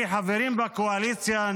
כחברים בקואליציה,